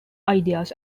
ideas